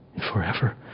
forever